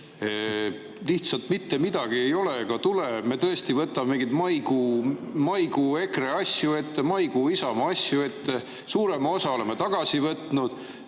Lihtsalt mitte midagi ei ole ega tule. Me tõesti võtame mingeid maikuu EKRE asju ette, maikuu Isamaa asju ette, suurema osa oleme tagasi võtnud